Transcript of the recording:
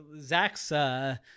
Zach's –